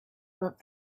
but